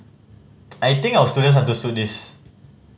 I think our students understood this